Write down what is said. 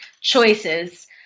choices